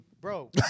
Bro